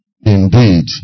Indeed